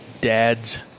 dad's